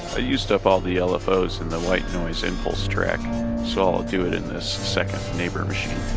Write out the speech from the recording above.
used up all the lfos in the white noise impulse track so i'll do it in this second neighbor machine.